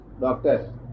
Doctor